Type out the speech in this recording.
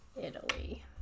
Italy